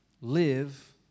live